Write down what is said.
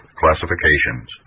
classifications